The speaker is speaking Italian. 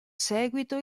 seguito